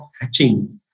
hatching